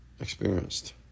experienced